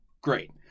great